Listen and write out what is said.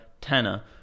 Tanner